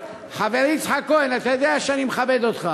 חברי יצחק כהן, אתה יודע שאני מכבד אותך.